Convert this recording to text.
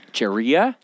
Cheria